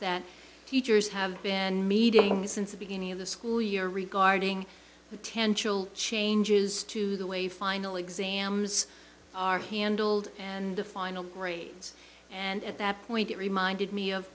that teachers have been meeting since the beginning of the school year regarding potential changes to the way final exams are handled and the final grades and at that point it reminded me of